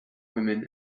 women